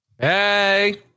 Hey